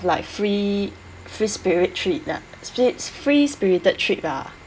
like free free spirit trip lah split free spirited trip lah